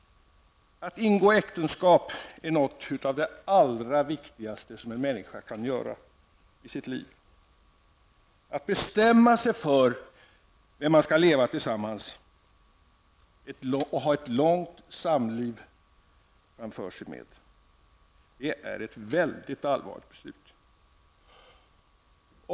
Att ingå äktenskap är något av det allra viktigaste som en människa kan göra i sitt liv. Att bestämma sig för vem man skall leva tillsammans med och ha ett långt samliv framför sig med, det är ett mycket allvarligt beslut.